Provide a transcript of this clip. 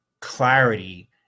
clarity